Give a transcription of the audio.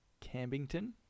Cambington